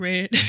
Red